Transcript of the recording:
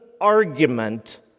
argument